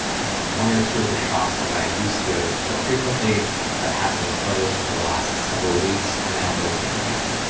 you know, one or two of the shops that i used to go frequently that have been closed for the last several weeks are now opening again.